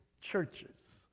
churches